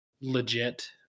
legit